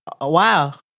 wow